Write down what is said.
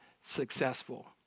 successful